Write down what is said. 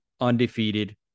undefeated